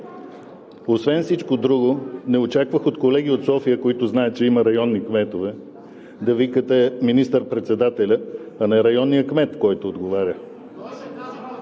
освен всичко друго, не очаквах от колеги от София, които знаят, че има районни кметове, да викате министър-председателя, а не районния кмет, който отговаря.